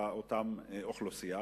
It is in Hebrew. לאותה אוכלוסייה,